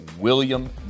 William